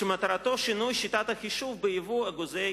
שמטרתו שינוי שיטת החישוב בייבוא אגוזי